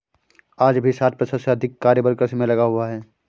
आज भी साठ प्रतिशत से अधिक कार्यबल कृषि में लगा हुआ है